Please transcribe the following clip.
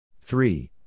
Three